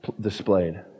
displayed